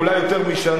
או אולי יותר משנה,